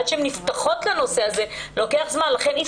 ועד שהן נפתחות לנושא הזה לוקח זמן.